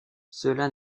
cela